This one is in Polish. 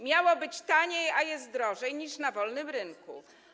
Miało być taniej, a jest drożej niż na wolnym rynku.